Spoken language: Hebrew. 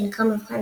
שנקרא "מבחן